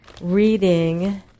reading